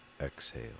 Exhale